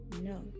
No